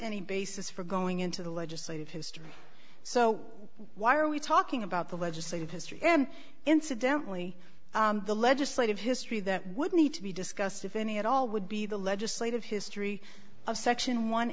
any basis for going into the legislative history so why are we talking about the legislative history and incidentally the legislative history that would need to be discussed if any at all would be the legislative history of section one